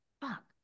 fuck